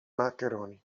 maccheroni